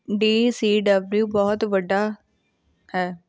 D C W ਬਹੁਤ ਵੱਡਾ ਹੈ